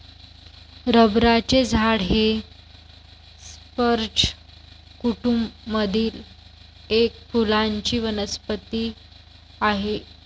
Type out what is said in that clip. रबराचे झाड हे स्पर्ज कुटूंब मधील एक फुलांची वनस्पती आहे